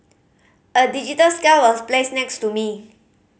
a digital scale was placed next to me